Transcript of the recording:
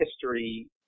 history